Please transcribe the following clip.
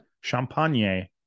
Champagne